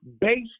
based